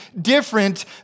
different